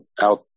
out